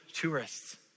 tourists